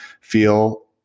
feel